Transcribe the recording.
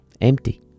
empty